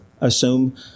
Assume